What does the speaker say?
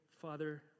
Father